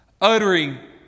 uttering